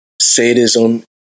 sadism